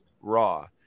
raw